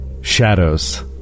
shadows